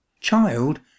Child